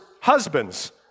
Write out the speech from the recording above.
husbands